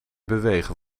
bewegen